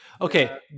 Okay